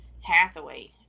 Hathaway